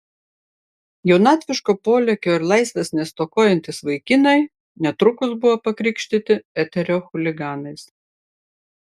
jaunatviško polėkio ir laisvės nestokojantys vaikinai netrukus buvo pakrikštyti eterio chuliganais